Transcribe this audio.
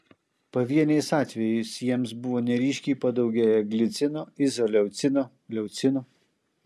pavieniais atvejais jiems buvo neryškiai padaugėję glicino izoleucino leucino